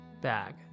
Bag